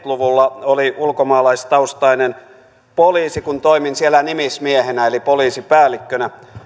luvulla oli ulkomaalaistaustainen poliisi kun toimin siellä nimismiehenä eli poliisipäällikkönä